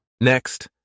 Next